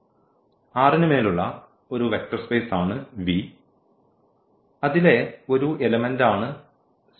R ന് മേലുള്ള ഒരു വെക്റ്റർ സ്പേസ് ആണ് V അതിലെ ഒരു എലമെന്റ് ആണ് v